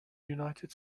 united